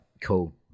cool